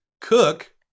cook